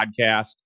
podcast